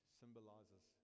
symbolizes